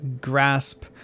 grasp